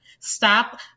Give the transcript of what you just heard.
Stop